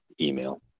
email